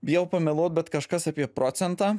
bijau pameluot bet kažkas apie procentą